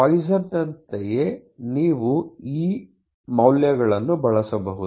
ಪಾಯ್ಸನ್ನಂತೆಯೇPoissons ನೀವು ಈ ಮೌಲ್ಯಗಳನ್ನು ಬಳಸಬಹುದು